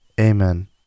Amen